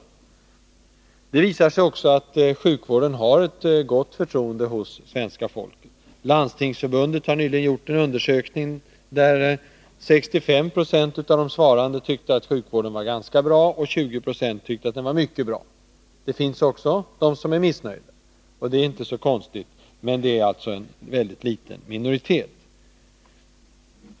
Det visar sig att sjukvården har ett gott förtroende hos svenska folket. Landstingsförbundet har nyligen gjort en undersökning, där 65 20 av de svarande tyckte att sjukvården var ganska bra och 20 26 att den var mycket bra. Det finns de som är missnöjda, och det är inte så konstigt. Men det är alltså en väldigt liten minoritet.